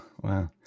Wow